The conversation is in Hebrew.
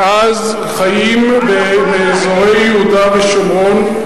מאז חיים באזורי יהודה ושומרון,